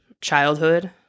childhood